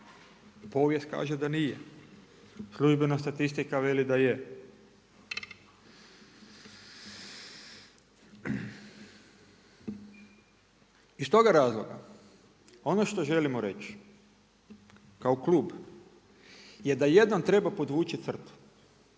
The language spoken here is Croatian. Povijest kaže da nije. Službena statistika veli da je. Iz toga razloga ono što želimo reći kao klub je da jednom treba podvući crtu.